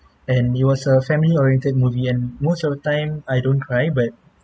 and it was a family-oriented movie and most of the time I don't cry but